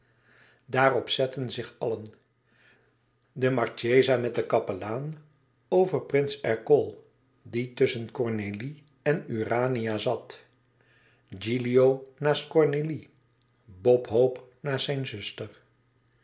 daarop zetten zich allen de marchesa met den kapelaan over prins ercole die tusschen cornélie en urania zat gilio naast cornélie bob hope naast zijne zuster